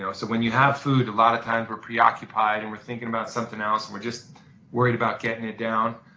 yeah so when you have food, a lot of times we're preoccupied and we're thinking about something else and we're just worried about getting it down,